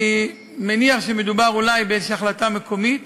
אני מניח שאולי מדובר בהחלטה מקומית.